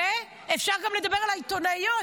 ואפשר גם לדבר על העיתונאיות.